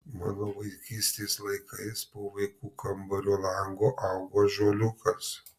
mano vaikystės laikais po vaikų kambario langu augo ąžuoliukas